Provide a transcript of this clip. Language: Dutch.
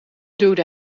duwde